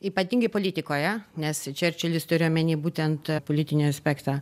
ypatingai politikoje nes čerčilis turi omeny būtent politinį aspektą